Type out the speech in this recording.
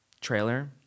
trailer